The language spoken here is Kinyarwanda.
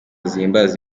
zihimbaza